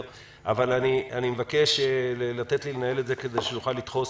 אני מבקש לתת לי לנהל את זה כדי שנוכל לדחוס